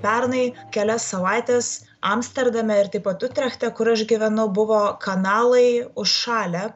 pernai kelias savaites amsterdame ir taip pat utrechte kur aš gyvenau buvo kanalai užšalę